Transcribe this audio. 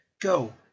Go